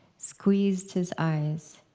squeezed his eyes.